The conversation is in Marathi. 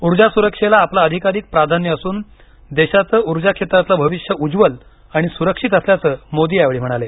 ऊर्जा सुरक्षेला आपलं अधिकाधिक प्राधान्य असून देशाचं ऊर्जा क्षेत्रातलं भविष्य उज्ज्वल आणि सुरक्षित असल्याचं मोदी यावेळी म्हणाले